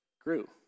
grew